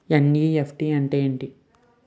NEFT అంటే ఎంటి?